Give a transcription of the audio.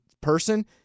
person